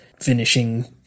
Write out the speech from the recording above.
finishing